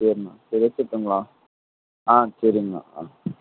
சரிண்ணா சரி வச்சிடட்டுங்களா ஆ சரிங்ண்ணா ஆ